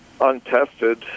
untested